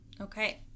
okay